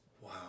Wow